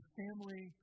family